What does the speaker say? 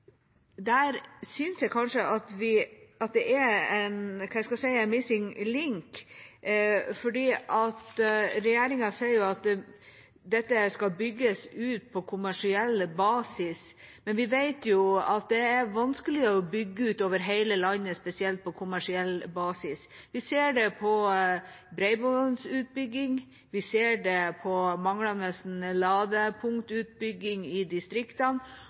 Der synes jeg kanskje at det er, hva skal jeg si, en missing link, for regjeringa sier at dette skal bygges ut på kommersiell basis. Men vi vet jo at det er vanskeligere å bygge ut over hele landet, spesielt på kommersiell basis. Vi ser det på bredbåndsutbygging, og vi ser det på manglende ladepunktutbygging i distriktene.